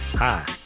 Hi